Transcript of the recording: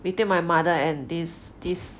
between my mother and this this